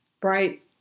bright